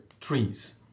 Trees